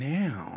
now